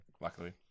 luckily